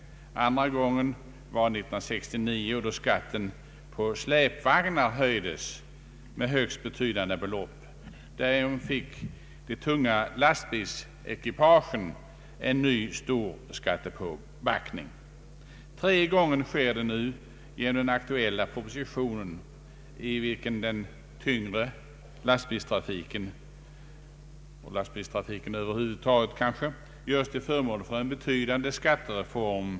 1969 höjdes skatten på släpvagnar med högst betydande belopp. Därigenom fick de tunga lastbilsekipagen en ny stor skattepåbackning. Den tredje höjningen på kort tid sker så genom den aktuella propositionen, enligt vilken den tyngre lastbilstrafiken, och lastbilstrafiken över huvud taget, görs till föremål för en betydande skattereform.